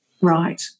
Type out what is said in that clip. Right